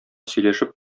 сөйләшеп